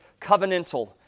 covenantal